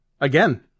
Again